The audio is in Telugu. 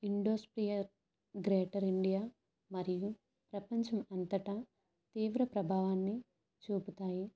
ఇండోస్పియర్ గ్రేటర్ ఇండియా మరియు ప్రపంచం అంతటా తీవ్ర ప్రభావాన్ని చూపుతాయి